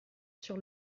sur